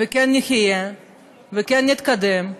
כן נחיה וכן נתקדם.